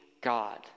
God